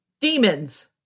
Demons